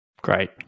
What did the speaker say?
Great